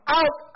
out